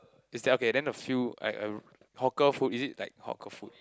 is that okay then the few like a hawker food is it like hawker food